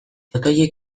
protoiek